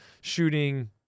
shooting